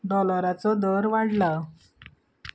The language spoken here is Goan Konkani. डॉलराचो दर वाडला